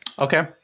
Okay